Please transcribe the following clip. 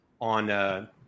on